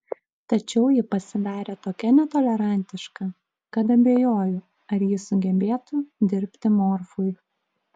tačiau ji pasidarė tokia netolerantiška kad abejoju ar ji sugebėtų dirbti morfui